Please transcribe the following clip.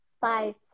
five